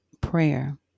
prayer